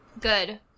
good